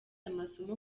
amasomo